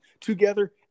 together